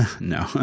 No